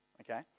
Okay